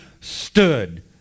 stood